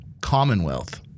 Commonwealth